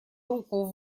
руку